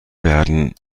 werden